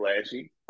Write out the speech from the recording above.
flashy